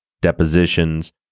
depositions